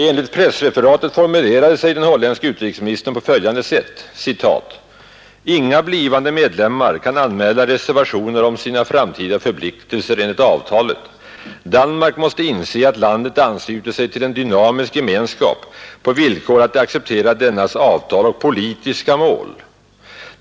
Enligt pressreferatet formulerade sig den holländske utrikesministern på följande sätt: ”Inga blivande medlemmar kan anmäla reservationer om sina framtida förpliktelser enligt avtalet. Danmark måste inse att landet ansluter sig till en dynamisk gemenskap på villkor att det accepterar dennas avtal och politiska mål.